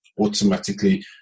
automatically